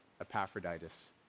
Epaphroditus